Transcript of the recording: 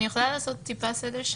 אני יכולה לעשות טיפה סדר?